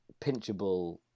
pinchable